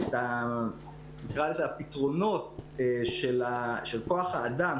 נקרא לזה את הפתרונות של כוח האדם,